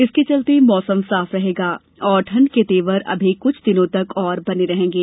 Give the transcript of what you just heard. इसके चलते मौसम साफ रहेगा और ठंड के तेवर अमी कृछ दिनों तक और बने रहेंगे